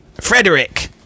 Frederick